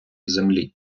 землі